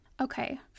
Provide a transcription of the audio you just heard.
Okay